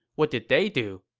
what did they do?